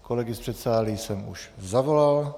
Kolegy z předsálí jsem už zavolal.